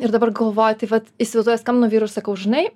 ir dabar galvoju tai vat įsivaizduoju skambinu vyrui ir sakau žinai